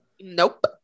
Nope